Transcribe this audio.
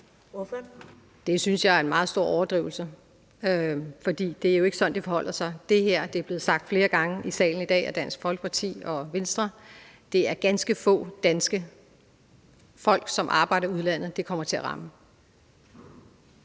Det synes jeg er en meget stor overdrivelse, for det er jo ikke sådan, det forholder sig. Det her er blevet sagt flere gange i salen i dag af Dansk Folkeparti og Venstre. Det er ganske få danske folk, som arbejder i udlandet, det kommer til at ramme.